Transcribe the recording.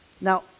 Now